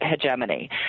hegemony